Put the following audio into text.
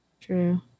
True